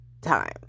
time